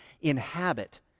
inhabit